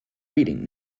reading